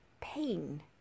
pain